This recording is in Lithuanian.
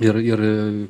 ir ir